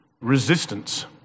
resistance